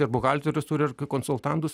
ir buhalteris turi konsultantus